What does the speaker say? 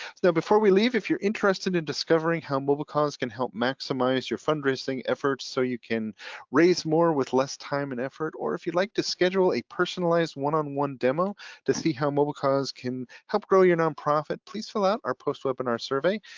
so before we leave, if you're interested in discovering how mobilecause can help maximize your fundraising efforts so you can raise more with less time and effort, or if you'd like to schedule a personalized one-on-one demo to see how mobilecause can help grow your nonprofit, please fill out our post-webinar survey.